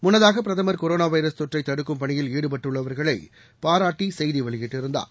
முன்னதாக பிரதமர் corona virus தொற்றை தடுக்கும் பணியில் ஈடுபட்டுள்ளவர்களை பாராட்டி செய்தி வெளியிட்டிருந்தார்